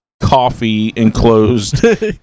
coffee-enclosed